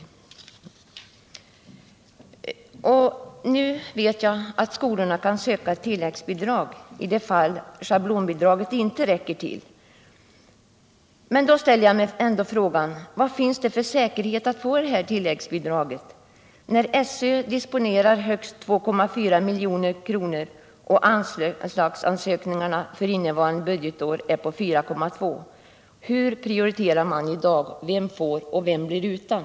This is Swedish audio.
121 Nu vet jag att skolorna kan söka tilläggsbidrag i de fall schablonbidraget inte räcker till. Men då ställer jag mig ändå frågan: Vad finns det för säkerhet att de får detta tilläggsbidrag när SÖ disponerar högst 2,4 milj.kr. och anslagsansökningarna för innevarande budgetår uppgår till 4,2 milj.kr.? Hur prioriterar man i dag? Vem får och vem blir utan?